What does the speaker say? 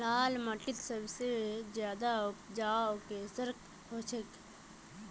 लाल माटित सबसे ज्यादा उपजाऊ किसेर होचए?